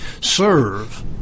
serve